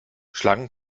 schlangen